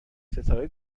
ستاره